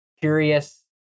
curious